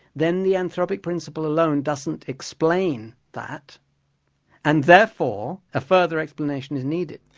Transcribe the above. then the anthropic principle alone doesn't explain that and therefore a further explanation is needed.